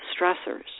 stressors